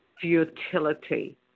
futility